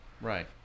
Right